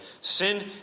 Sin